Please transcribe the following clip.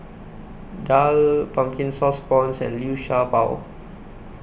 Daal Pumpkin Sauce Prawns and Liu Sha Bao